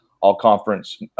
all-conference